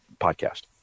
podcast